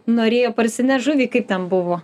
norėjo parsinešt žuvį kaip ten buvo